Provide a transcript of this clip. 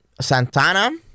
Santana